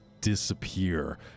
disappear